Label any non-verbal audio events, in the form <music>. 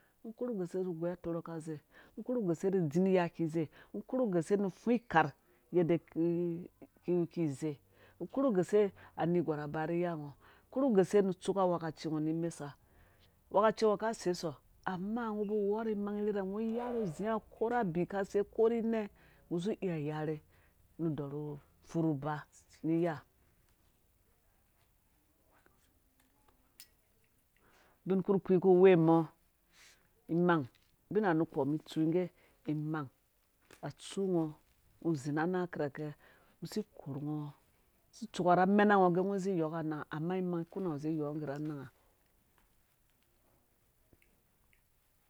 Ngɔ korhu guse nu ugoi atore ka gei rgɔ korhu guse nu dzin iya kizei ngɔ korhu guse nu fuikar yadda <hesitation> kpii ivi zei ngo korhu guse anerhgwar abam iya ngɔ ngɔ korhu guse nu tsuka angohekaci ugɔ ni mesa ungohɛkaci ungo ka seisi amona ngɔ ba weyɔ rhi. imang rhirhɛ ngɔ yarhu zingo ko rha abi ka song ko rhi ine ngɔ ba weyɔ rhi imang rhirhɛ ngɔ yarhu zimgo ko rha abi ka song ko rhi ina ngɔ ziya yarhe nu dorhu furhu ba niiya bin kpurkpii ku we mɔ imang bina nukpomi tsu ngge imang atsu ngɔ ugɔ zi na nang kihakɛ ngɔ si st tsuko. rha amena ngɔ gɛ ngɔ zu yoko. anangha amma imang kuna gɔ zi yɔ ngge rha anangha